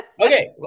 okay